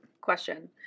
Question